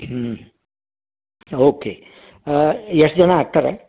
ಹ್ಞೂ ಓಕೆ ಎಷ್ಟು ಜನ ಆಗ್ತಾರೆ